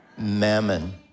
mammon